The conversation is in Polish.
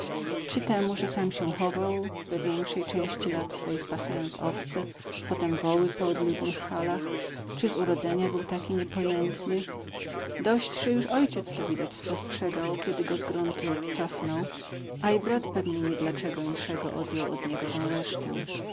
czy temu że sam się chował we większej części lat swoich pasając owce potem woły po odludnych halach czy z urodzenia był tak niepojętny dość że już ojciec to widać spostrzegał kiedy go z gruntu odcofnął a i brat pewnie nie dla czego inszego odjął od niego tę resztę